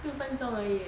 六分钟而已 eh